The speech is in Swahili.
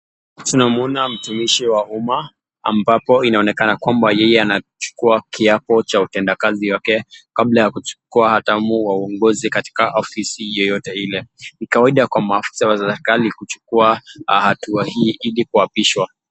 Tunamuona mtumishi wa umma ambapo inaonekana kwamba yeye anchukua kiapo cha utendakazi wake kabla ya kuchukua hatamu ya uongozi katika ofisi yeyote ile, ni kawaida kwa maafisa wa serikali kichukua hatua hii ili kuapishwa.